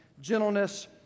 gentleness